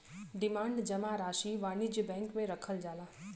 demand जमा राशी वाणिज्य बैंक मे रखल जाला